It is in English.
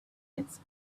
its